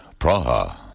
Praha